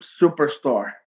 superstar